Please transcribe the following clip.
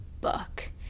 book